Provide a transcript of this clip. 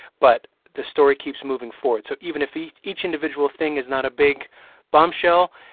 but the story keeps moving forward. so even if each each individual thing is not a big bombshell,